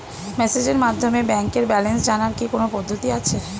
মেসেজের মাধ্যমে ব্যাংকের ব্যালেন্স জানার কি কোন পদ্ধতি আছে?